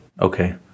Okay